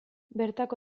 bertako